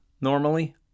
normally